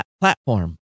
platform